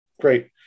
Great